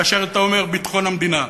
כאשר אתה אומר "ביטחון המדינה".